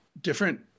different